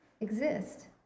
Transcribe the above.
exist